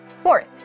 Fourth